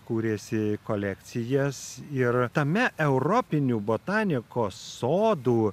kūrėsi kolekcijas ir tame europinių botanikos sodų